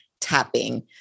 tapping